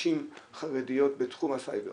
נשים חרדיות בתחום הסייבר